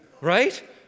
Right